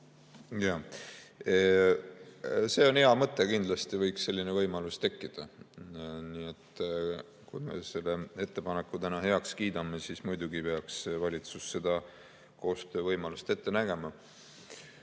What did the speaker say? see on hea mõte, kindlasti võiks selline võimalus tekkida. Kui me selle ettepaneku täna heaks kiidame, siis muidugi peaks valitsus seda koostöövõimalust ette nägema.